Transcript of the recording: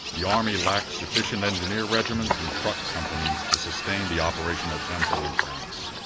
the army lacked sufficient engineer regiments and truck companies to sustain the operational tempo in france.